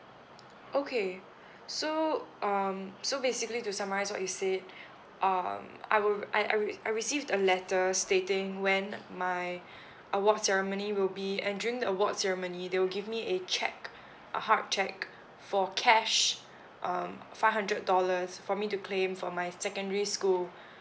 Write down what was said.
okay so um so basically to summarise what you said um I will I I re~ I received a letter stating when my awards ceremony will be and during the awards ceremony they will give me a cheque a hard cheque for cash um five hundred dollars for me to claim for my secondary school